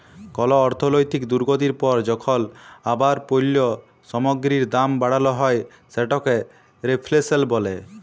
call অর্থলৈতিক দুর্গতির পর যখল আবার পল্য সামগ্গিরির দাম বাড়াল হ্যয় সেটকে রেফ্ল্যাশল ব্যলে